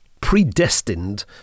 predestined